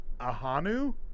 Ahanu